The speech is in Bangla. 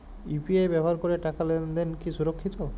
ইউ.পি.আই ব্যবহার করে টাকা লেনদেন কি সুরক্ষিত?